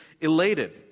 elated